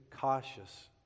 cautious